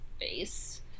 face